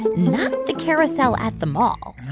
not the carousel at the mall